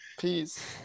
Peace